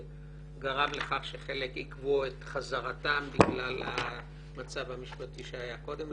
שגרם לכך שחלק עיכבו את חזרתם בגלל המצב המשפטי שהיה קודם לכן.